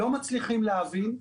לא מצליחים להבין.